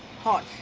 hot.